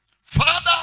Father